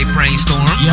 Brainstorm